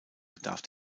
bedarf